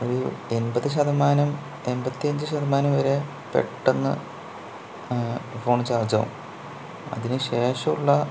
ഒരു എൺപത് ശതമാനം എൺപത്തഞ്ച് ശതമാനം വരെ പെട്ടെന്ന് ഫോൺ ചാർജ് ആകും അതിനുശേഷമുള്ള